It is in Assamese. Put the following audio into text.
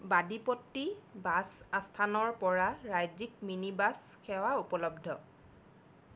বাদিপট্টি বাছ আস্থানৰ পৰা ৰাজ্যিক মিনি বাছ সেৱা উপলব্ধ